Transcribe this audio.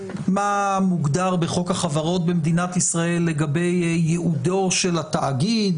מה מוגדר בחוק החברות במדינת ישראל לגבי ייעודו של התאגיד?